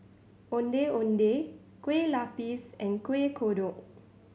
Ondeh Ondeh Kueh Lapis and Kuih Kodok